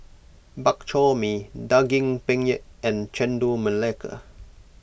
Bak Chor Mee Daging Penyet and Chendol Melaka